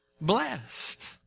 blessed